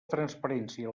transparència